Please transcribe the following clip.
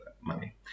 money